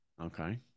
Okay